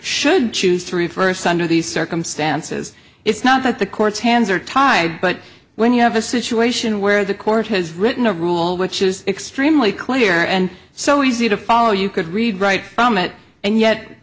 should choose three first under these circumstances it's not that the court's hands are tied but when you have a situation where the court has written a rule which is extremely clear and so easy to follow you could read right from it and yet